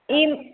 ഈ